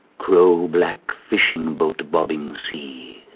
crowblack, fishingboat-bobbing sea.